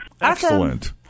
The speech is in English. Excellent